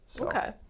Okay